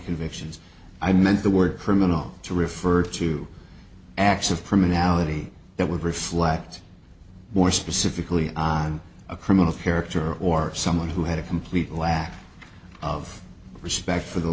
convictions i meant the word criminal to refer to acts of criminality that would reflect more specifically a criminal character or someone who had a complete lack of respect for the